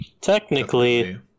Technically